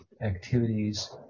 activities